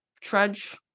trudge